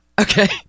Okay